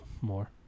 more